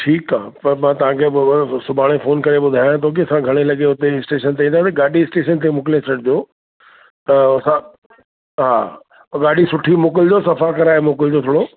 ठीकु आहे पर मां तव्हांखे ॿ सुभाणे फ़ोन करे ॿुधायां थो की असां घणे लॻे उते स्टेशन ते ईंदासीं गाॾी स्टेशन ते मोकिले छॾिजो त असां हा गाॾी सुठी मोकिलिजो सफ़ा कराए मोकिलिजो थोरो